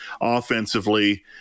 offensively